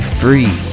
free